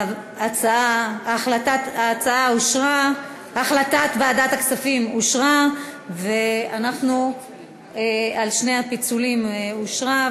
החלטת ועדת הכספים על שני הפיצולים אושרה.